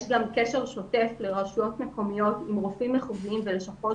יש גם קשר שוטף לרשויות מקומיות עם רופאים מחוזיים ולשכות